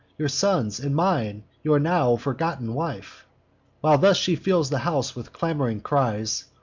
your son's, and mine, your now forgotten wife while thus she fills the house with clam'rous cries,